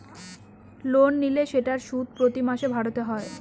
loan নিলে সেটার সুদ প্রতি মাসে ভরতে হয়